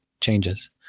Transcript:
changes